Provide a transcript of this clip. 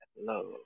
love